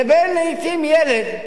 לבין לעתים ילד,